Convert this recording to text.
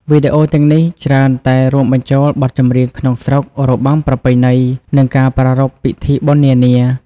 វីដេអូទាំងនេះច្រើនតែរួមបញ្ចូលបទចម្រៀងក្នុងស្រុក របាំប្រពៃណី និងការប្រារព្ធពិធីបុណ្យនានា។